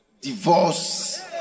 divorce